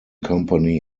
company